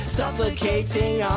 suffocating